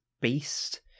beast